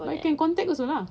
you can contact also lah